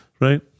Right